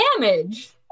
damage